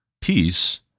peace